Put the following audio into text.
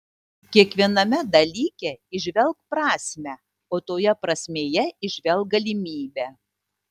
kiekviename dalyke įžvelk prasmę o toje prasmėje įžvelk galimybę